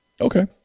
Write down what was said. Okay